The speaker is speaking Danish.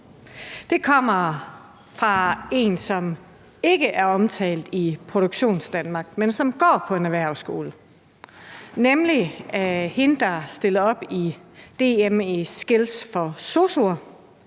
Det kommer fra en, som ikke er omtalt i forbindelse med Produktionsdanmark, men som går på en erhvervsskole, nemlig hende, der stiller op i DM i Skills for sosu'er.